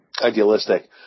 idealistic